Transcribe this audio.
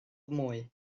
mwy